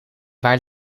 waar